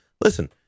listen